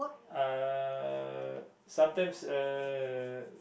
uh sometimes uh